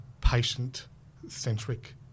patient-centric